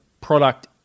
product